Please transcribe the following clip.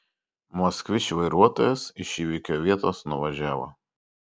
moskvič vairuotojas iš įvykio vietos nuvažiavo